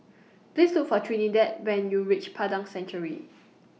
Please Look For Trinidad when YOU REACH Padang Chancery